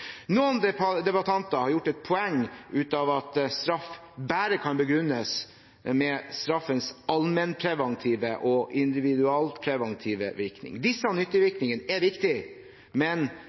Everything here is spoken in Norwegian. Noen debattanter har gjort et poeng av at straff bare kan begrunnes med straffens allmennpreventive og individualpreventive virkning. Disse nyttevirkningene er viktige,